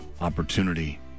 opportunity